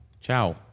Ciao